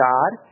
God